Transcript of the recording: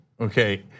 okay